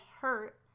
hurt